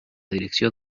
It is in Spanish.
dirección